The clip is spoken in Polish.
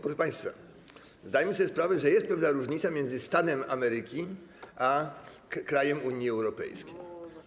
Proszę państwa, zdajmy sobie sprawę, że jest pewna różnica między stanem Ameryki a krajem Unii Europejskiej.